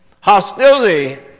Hostility